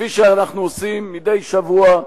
כפי שאנחנו עושים מדי שבוע,